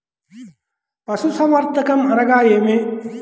పశుసంవర్ధకం అనగా ఏమి?